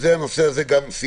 עם הנושא הזה סיימנו,